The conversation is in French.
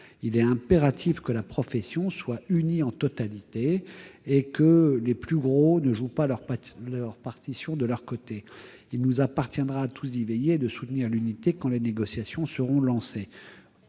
Il est impératif que la profession soit unie en totalité, et que les acteurs les plus importants ne jouent pas leur partition de leur côté. Il nous appartiendra à tous d'y veiller et de soutenir l'unité quand les négociations seront lancées.